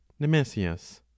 Nemesius